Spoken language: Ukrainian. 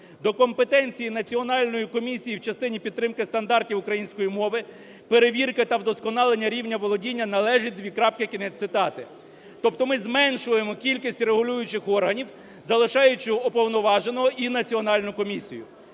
"До компетенції Національної комісії в частині підтримки стандартів української мови "Перевірка та вдосконалення рівня володіння належить:", кінець цитати. Тобто ми зменшуємо кількість регулюючих органів, залишаючи Уповноваженого і Національну комісію.